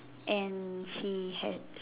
and she has